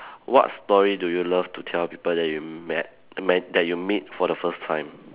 what story do you love to tell people that you met met that you meet for the first time